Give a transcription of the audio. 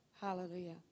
Hallelujah